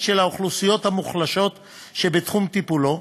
של האוכלוסיות המוחלשות שבתחום טיפולו,